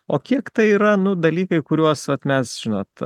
o kiek tai yra nu dalykai kuriuos mes žinot